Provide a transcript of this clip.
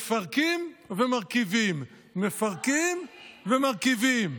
מפרקים ומרכיבים, מפרקים ומרכיבים.